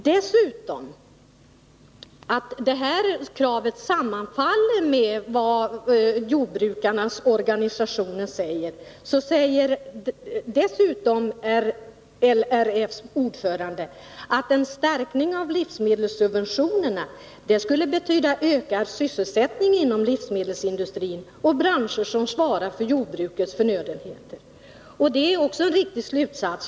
Förutom att det här kravet sammanfaller med vad jordbrukarnas organisationer säger anför LRF:s ordförande att en stärkning av livsmedelssubventionerna skulle betyda ökad sysselsättning inom livsmedelsindustrin och branscher som svarar för jordbrukets förnödenheter. Det är också en riktig slutsats.